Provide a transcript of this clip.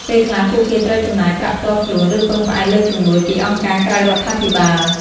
ពេលខ្លះ ពួកគេត្រូវចំណាយប្រាក់ផ្ទាល់ខ្លួន ឬពឹងផ្អែកលើជំនួយពីអង្គការក្រៅរដ្ឋាភិបាល។